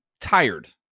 tired